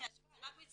רק צרפת.